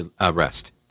arrest